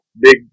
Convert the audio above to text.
big